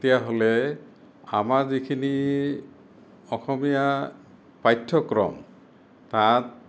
তেতিয়াহ'লে আমাৰ যিখিনি অসমীয়া পাঠ্যক্ৰম তাত